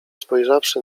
spojrzawszy